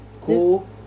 cool